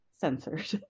censored